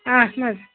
اَہن حظ